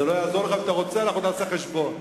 אם אתה רוצה, אנחנו נעשה חשבון.